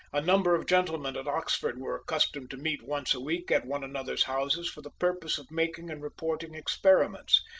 a number of gentlemen at oxford were accustomed to meet once a week at one another's houses for the purpose of making and reporting experiments,